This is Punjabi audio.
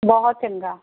ਬਹੁਤ ਚੰਗਾ